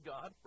God